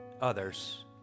others